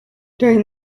during